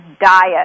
diet